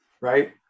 right